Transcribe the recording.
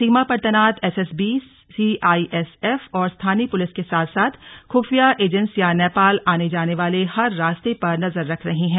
सीमा पर तैनात SSB CISF और स्थानीय पुलिस के साथ साथ खुफिया एजेंसियां नेपाल आने जाने वाले हर रास्तों पर नजर रख रही है